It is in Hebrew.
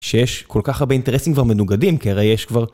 שיש כל כך הרבה אינטרסים כבר מנוגדים, כי הרי יש כבר...